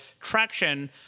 traction